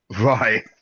right